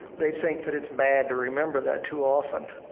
they think that it's bad to remember that too often.